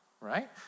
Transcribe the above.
right